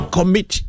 Commit